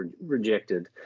rejected